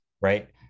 right